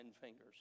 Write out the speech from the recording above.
fingers